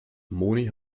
moni